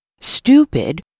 stupid